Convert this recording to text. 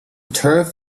turf